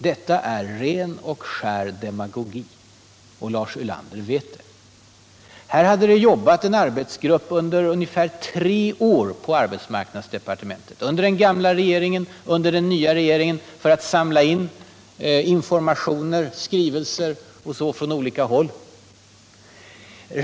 Detta är ren = skydd, m.m. och skär demagogi, och Lars Ulander vet det. Här hade en arbetsgrupp i arbetsmarknadsdepartementet jobbat ungefär tre år, under den gamla regeringen och under den nya, för att samla in informationer och skrivelser från olika håll.